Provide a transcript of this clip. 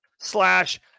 slash